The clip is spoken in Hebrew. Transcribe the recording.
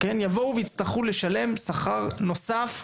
יבוא ויצטרכו לשלם שכר נוסף,